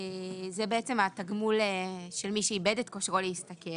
זה התגמול של מי שאיבד את כושרו להשתכר.